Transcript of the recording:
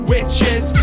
Witches